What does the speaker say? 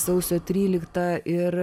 sausio tryliktą ir